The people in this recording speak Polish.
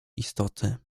istoty